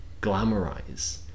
glamorize